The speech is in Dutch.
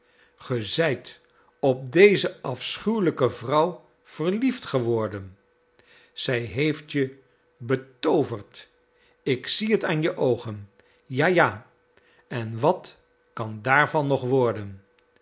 zijt op deze afschuwelijke vrouw verliefd geworden zij heeft je betooverd ik zie het aan je oogen ja ja en wat kan daarvan nog worden